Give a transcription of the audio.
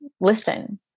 listen